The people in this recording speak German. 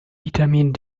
vitamin